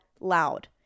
loud